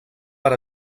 per